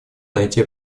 найти